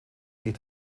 sich